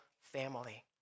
family